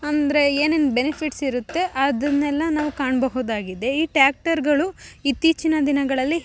ಅಂದರೆ ಏನೇನು ಬೆನಿಫಿಟ್ಸ್ ಇರುತ್ತೆ ಅದನ್ನೆಲ್ಲ ನಾವು ಕಾಣಬಹುದಾಗಿದೆ ಈ ಟ್ಯಾಕ್ಟರ್ಗಳು ಇತ್ತೀಚಿನ ದಿನಗಳಲ್ಲಿ